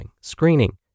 screening